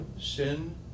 sin